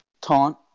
taunt